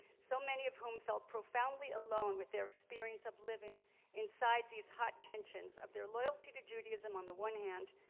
so many of whom felt profoundly alone with their experience of living inside these hot tensions of their loyalty to judaism on the one hand,